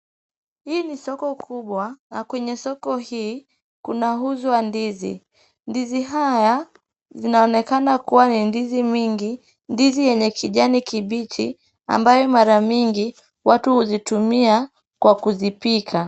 Hii ni soko kubwa, na kwenye soko hii, kinauzwa ndizi. Ndizi hizi zinaonekana kubwa ni ndizi nyingi zenye kijani kibichi ambazo mara nyingi watu huzitumia kwa kuzipika.